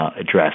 address